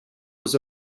was